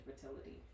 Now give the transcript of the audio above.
fertility